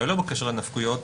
אולי לא בקשר לנפקויות,